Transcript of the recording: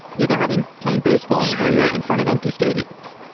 yeah they're having played baseball in korea in front of empty stadiums.